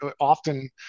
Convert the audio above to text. often